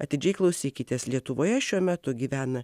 atidžiai klausykitės lietuvoje šiuo metu gyvena